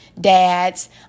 Dads